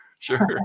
Sure